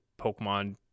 pokemon